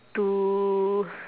to